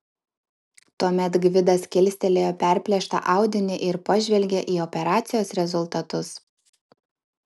tuomet gvidas kilstelėjo perplėštą audinį ir pažvelgė į operacijos rezultatus